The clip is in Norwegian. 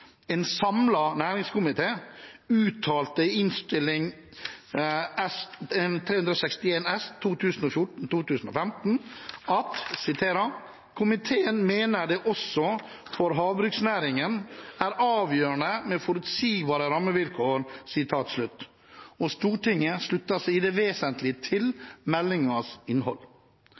En samlet næringskomité uttalte i Innst. 361 S for 2014–2015: «Komiteen mener det også for havbruksnæringen er avgjørende med forutsigbare rammevilkår.» Stortinget sluttet seg i det vesentlige til meldingens innhold.